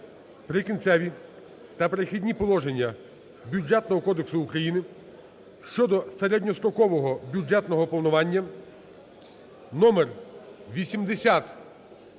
"Прикінцеві та перехідні положення" Бюджетного кодексу України (щодо середньострокового бюджетного планування) (№